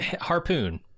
Harpoon